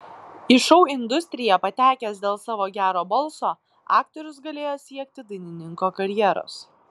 į šou industriją patekęs dėl savo gero balso aktorius galėjo siekti dainininko karjeros